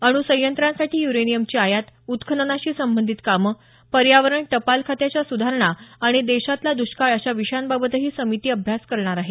अण् संयंत्रांसाठी य्रेनियमची आयात उत्खननाशी संबंधित कामं पर्यावरण टपाल खात्यात सुधारणा आणि देशातला दुष्काळ अशा विषयांबाबतही समिती अभ्यास करणार आहे